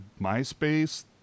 MySpace